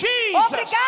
Jesus